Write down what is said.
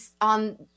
on